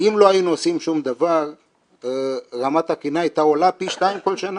אם לא היינו עושים שום דבר רמת הקרינה הייתה עולה פי 2 כל שנה.